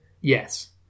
Yes